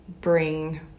bring